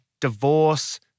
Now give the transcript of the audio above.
divorce